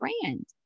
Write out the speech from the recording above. brand